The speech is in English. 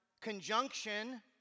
conjunction